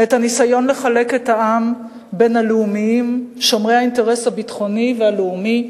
את הניסיון לחלק את העם בין הלאומיים שומרי האינטרס הביטחוני והלאומי